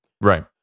Right